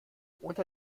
unter